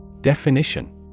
Definition